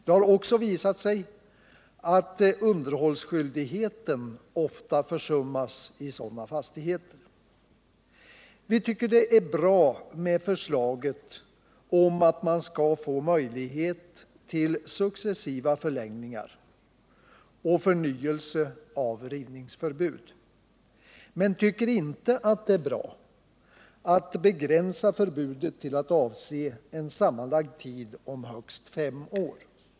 Det har också visat sig att underhållsskyldigheten ofta försummas i sådana fastigheter. Vi tycker att förslaget om att man skall få möjlighet till successiva förlängningar och förnyelse av rivningsförbud är bra, men vi tycker inte det är bra att begränsa förbudet till att avse en sammanlagd tid om högst fem år.